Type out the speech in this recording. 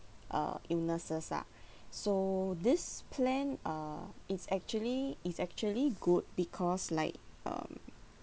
uh illnesses lah so this plan uh it's actually it's actually good because like um